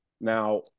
Now